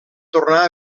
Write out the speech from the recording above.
tornar